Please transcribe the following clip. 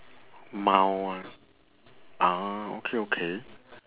mild one ah okay okay